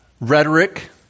rhetoric